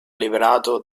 liberato